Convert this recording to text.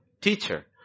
Teacher